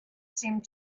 seemed